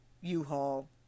U-Haul